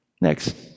Next